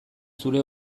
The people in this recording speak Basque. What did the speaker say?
zure